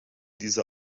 dieser